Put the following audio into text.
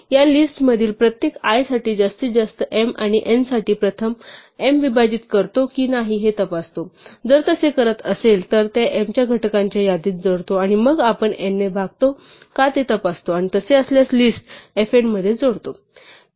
या लिस्टतील प्रत्येक i साठी जास्तीत जास्त m आणि n साठी प्रथम m विभाजित करतो की नाही ते तपासतो जर तसे असेल तर ते m च्या घटकांच्या यादीत जोडतो आणि मग आपण n ने भागतो का ते तपासतो आणि तसे असल्यास लिस्ट fn मध्ये जोडतो